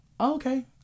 Okay